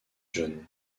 jeune